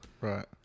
Right